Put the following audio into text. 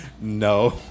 no